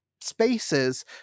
spaces